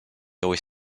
always